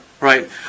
Right